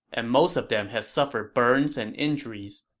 and most of them had suffered burns and injuries.